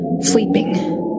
sleeping